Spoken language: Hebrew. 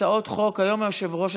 בהצעות לסדר-היום אפשר להצביע כאן.